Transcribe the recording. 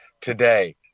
today